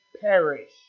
perish